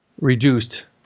reduced